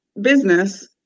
business